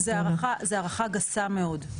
זו הערכה גסה מאוד.